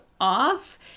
off